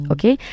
Okay